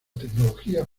tecnología